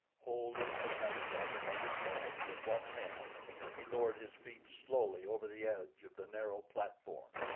holding his haversack above his head with one hand he lowered his feet slowly over the edge of the narrow platform.